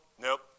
nope